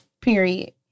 Period